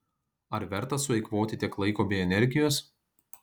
ar verta sueikvoti tiek laiko bei energijos